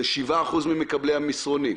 זה 7% ממקבלי המסרונים.